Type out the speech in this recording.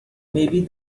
maybe